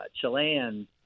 Chilean